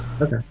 Okay